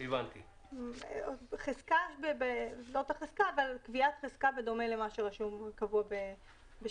לא אותה חזקה אבל קביעת חזקה בדומה למה שקבוע בשיכרות.